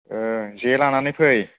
जे लानानै फै